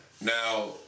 Now